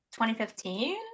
2015